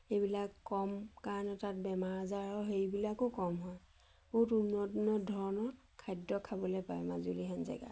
এইবিলাক কম কাৰণে তাত বেমাৰ আজাৰৰ হেৰিবিলাকো কম হয় বহুত উন্নত ধৰণৰ খাদ্য খাবলৈ পায় মাজুলীহেন জেগাত